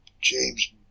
James